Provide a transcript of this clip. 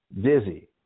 dizzy